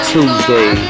Tuesday